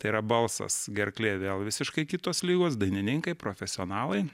tai yra balsas gerklė vėl visiškai kitos ligos dainininkai profesionalai